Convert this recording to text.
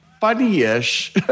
funny-ish